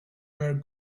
where